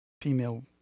female